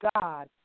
God